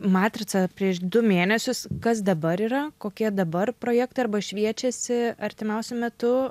matrica prieš du mėnesius kas dabar yra kokie dabar projektai arba šviečiasi artimiausiu metu